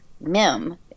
Mim